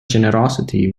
generosity